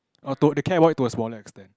uh to~ they care about it to a smaller extend